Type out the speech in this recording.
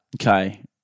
Okay